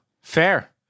fair